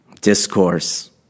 discourse